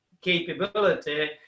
capability